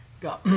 God